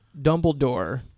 Dumbledore